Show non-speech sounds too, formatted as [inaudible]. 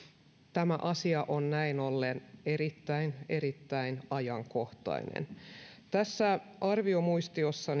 tämä asia on näin ollen erittäin erittäin ajankohtainen tässä arviomuistiossa [unintelligible]